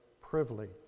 privilege